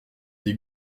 des